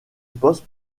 poste